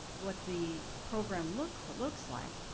what the program looks looks like.